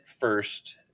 first